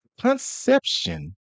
Conception